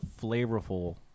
flavorful